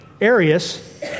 Arius